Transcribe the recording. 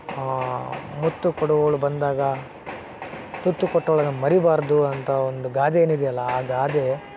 ಆಂ ಮುತ್ತು ಕೊಡುವವಳು ಬಂದಾಗ ತುತ್ತು ಕೊಟ್ಟವಳನ್ನ ಮರೀಬಾರದು ಅಂತ ಒಂದು ಗಾದೆ ಏನಿದೆಯಲ್ಲ ಆ ಗಾದೆ